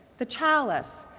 the chalice,